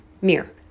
mirror